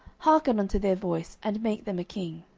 hearken unto their voice, and make them a king.